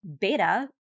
Beta